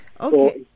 Okay